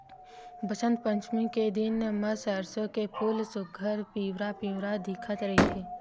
बसंत पचमी के दिन म सरसो के फूल ह सुग्घर पिवरा पिवरा दिखत रहिथे